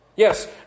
Yes